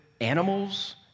animals